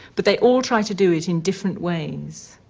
but they all try to do it in different ways.